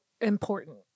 important